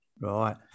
Right